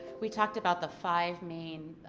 we talked about the five main